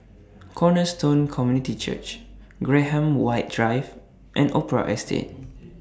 Cornerstone Community Church Graham White Drive and Opera Estate